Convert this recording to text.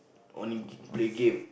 only game play game